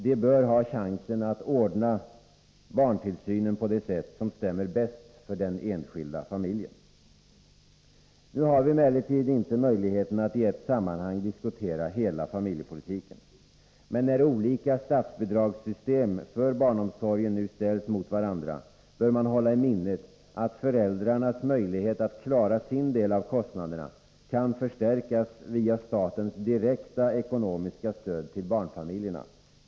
De bör ha chansen att ordna barntillsynen på det sätt som stämmer bäst för den enskilda familjen. Nu har vi emellertid inte möjligheten att i ett sammanhang diskutera hela familjepolitiken. Men när olika statsbidragssystem för barnomsorgen ställs mot varandra bör man hålla i minnet att föräldrarnas möjlighet att klara sin del av kostnaderna kan förstärkas via statens direkta ekonomiska stöd till barnfamiljerna.